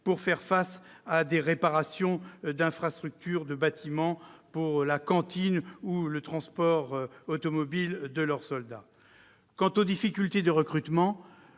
pour faire face à des réparations d'infrastructures, de bâtiments, de cantine ou de transport automobile de leurs soldats. Quant aux difficultés de recrutement,